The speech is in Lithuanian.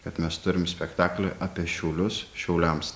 kad mes turim spektaklį apie šiaulius šiauliams